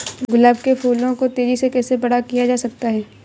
गुलाब के फूलों को तेजी से कैसे बड़ा किया जा सकता है?